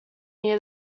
near